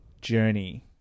journey